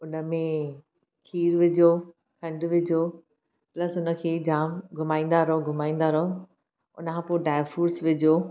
हुन में इहा खीरु विझो खंॾु विझो प्लस हुनखे जाम घुमाईंदा रहो घुमाईंदा रहो हुन खां पोइ ड्राइ फ्रूट्स विझो